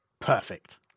Perfect